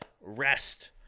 rest